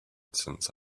since